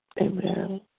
Amen